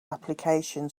application